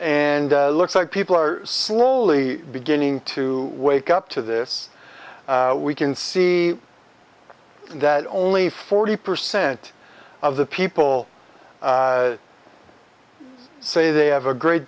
and looks like people are slowly beginning to wake up to this we can see that only forty percent of the people say they have a great